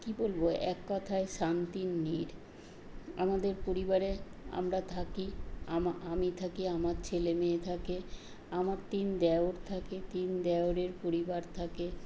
কী বলবো এক কথায় শান্তির নীড় আমাদের পরিবারে আমরা থাকি আমি থাকি আমার ছেলে মেয়ে থাকে আমার তিন দেওর থাকে তিন দেওরের পরিবার থাকে